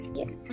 yes